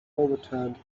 overturned